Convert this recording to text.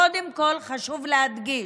קודם כול, חשוב להדגיש: